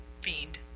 Fiend